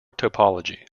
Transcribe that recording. topology